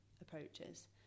approaches